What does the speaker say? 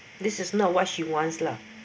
this is not what she wants lah